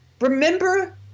Remember